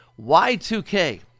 Y2K